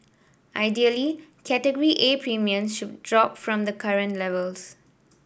ideally Category A premiums should drop from the current levels